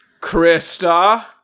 Krista